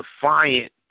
defiant